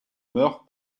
meurt